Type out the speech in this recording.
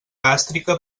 gàstrica